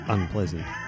Unpleasant